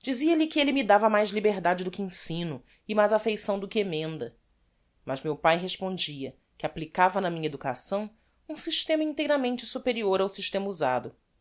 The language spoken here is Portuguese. dizia-lhe que elle me dava mais liberdade do que ensino e mais affeição do que emenda mas meu pae respondia que applicava na minha educação um systema inteiramente superior ao systema usado